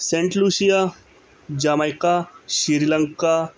Saint Lucia Jamaica Sri Lanka